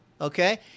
okay